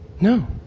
No